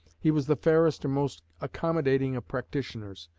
he was the fairest and most accommodating of practitioners,